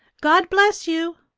god bless you!